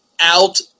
out